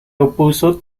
opuso